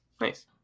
Nice